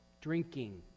drinking